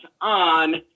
on